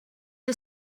her